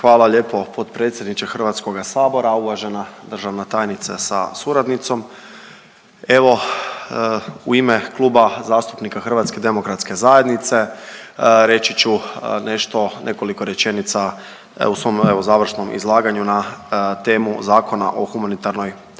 Hvala lijepo potpredsjedniče Hrvatskoga sabora, uvažena državna tajnice sa suradnicom. Evo, u ime Kluba zastupnika HDZ-a reći ću nešto, nekoliko rečenica u svom završnom izlaganju na temu Zakona o humanitarnoj